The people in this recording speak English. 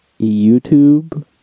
youtube